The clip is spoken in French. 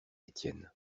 étienne